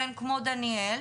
כמו דניאל,